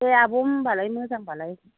दे आब' होनबालाय मोजांबालाय